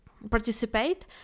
participate